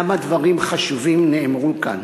כמה דברים חשובים נאמרו כאן.